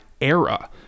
era